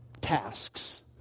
tasks